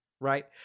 right